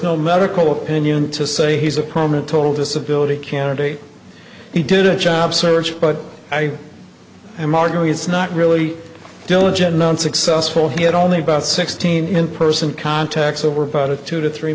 no medical opinion to say he's a permanent total disability candidate he did a job search but i am arguing it's not really diligent non successful he had only about sixteen in person contacts over about a two to three